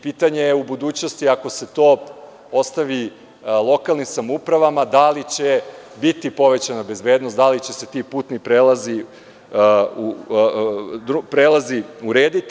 Pitanje je u budućnosti ako se to ostavi lokalnim samoupravama, da li će biti povećana bezbednost, da li će se ti putni prelazi urediti.